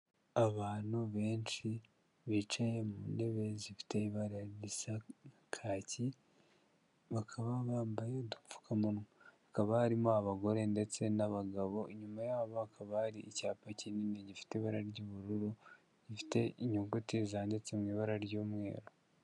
Abantu benshi bicaye mu ntebe zifite ibara risa kaki, bakaba bambaye udupfukamunwa, hakaba harimo abagore ndetse n'abagabo inyuma yabo hakaba hari icyapa kinini gifite ibara ry'ubururu gifite inyuguti zanditse mu ibara ry'umweru.